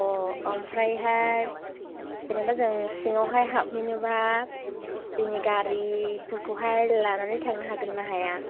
ओमफ्रायहाय जेनोबा जों सिङावहाय हाबहैनोबा जोंनि गारिफोरखौहाय लानानै थांनो हागोनना हाया